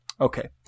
Okay